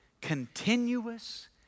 continuous